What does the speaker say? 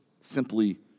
simply